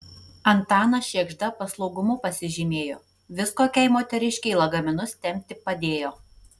antanas šėgžda paslaugumu pasižymėjo vis kokiai moteriškei lagaminus tempti padėjo